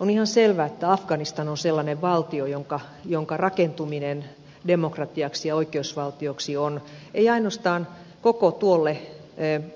on ihan selvä että afganistan on sellainen valtio jonka rakentuminen demokratiaksi ja oikeusvaltioksi on ei ainoastaan koko tuolle